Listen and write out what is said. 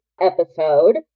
episode